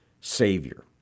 Savior